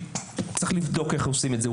צריך לבדוק איך עושים את זה,